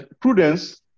Prudence